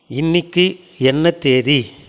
இன்னிக்கு என்ன தேதி